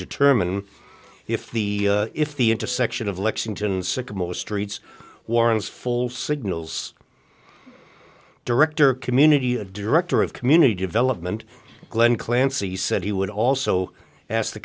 determine if the if the intersection of lexington sycamore streets warrants full signals director community a director of community development glen clancy said he would also ask